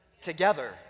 together